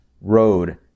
road